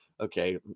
okay